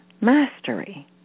mastery